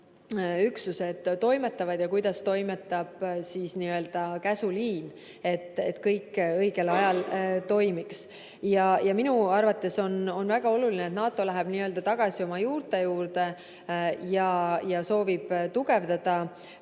üksused toimetavad ja kuidas toimetab n‑ö käsuliin, et kõik õigel ajal toimiks. Minu arvates on väga oluline, et NATO läheb tagasi oma juurte juurde ja soovib tugevdada